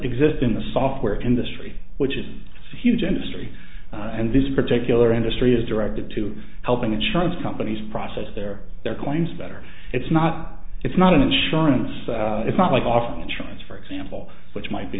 exist in the software industry which is a huge industry and this particular industry is directed to helping insurance companies process their their clients better it's not it's not an insurance it's not like off insurance for example which might be